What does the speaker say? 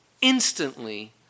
instantly